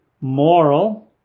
moral